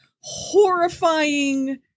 horrifying